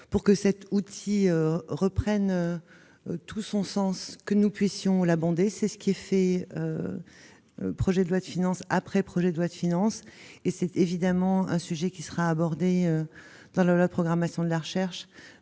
pour que cet outil reprenne tout son sens. C'est ce qui est fait, projet de loi de finances après projet de loi de finances, et c'est évidemment un sujet qui sera abordé dans la loi de programmation pour la recherche.